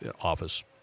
office